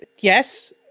yes